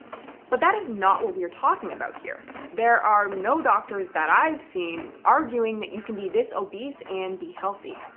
but that is not what we're talking about here. there are no doctors that i've seen arguing that you can be this obese and be healthy.